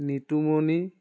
Nitumoni